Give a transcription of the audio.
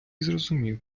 зрозумів